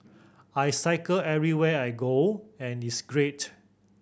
I cycle everywhere I go and it's great